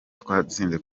twatsinze